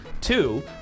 Two